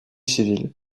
civil